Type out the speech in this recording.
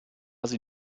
sie